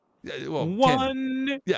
one